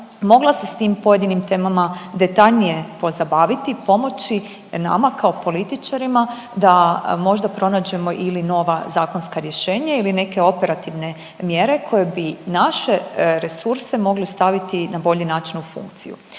mogla se s tim pojedinim temama detaljnije pozabaviti, pomoći nama kao političarima da možda pronađemo ili nova zakonska rješenja ili neke operativne mjere koje bi naše resurse mogli staviti na bolji način u funkciju.